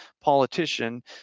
politician